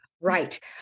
right